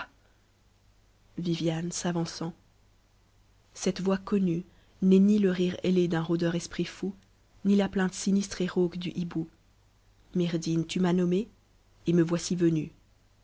viviane mmmf tm cette voix connue n'est ni le rire ailé d'un rôdeur esprit fou ni la plainte sinistre et rauque du hibou myrdhinn tu m'as nommée et me voici venue